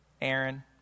Aaron